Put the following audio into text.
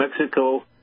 Mexico